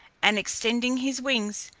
and extending his wings,